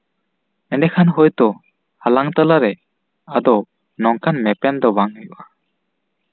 ᱮᱰᱮᱸᱠᱷᱟᱱ ᱦᱚᱭᱛᱳ ᱟᱞᱟᱝ ᱛᱟᱞᱟᱨᱮ ᱟᱫᱚ ᱱᱚᱝᱠᱟᱱ ᱢᱮᱯᱮᱱ ᱫᱚ ᱵᱟᱝ ᱦᱩᱭᱩᱜᱼᱟ